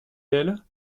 d’elle